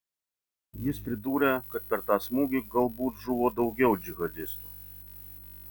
jis pridūrė kad per tą smūgį galbūt žuvo daugiau džihadistų